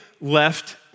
left